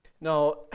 Now